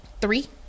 three